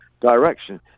direction